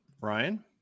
Ryan